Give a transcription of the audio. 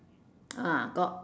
ah got